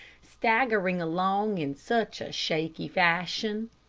staggering along in such a shaky fashion.